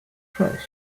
sześć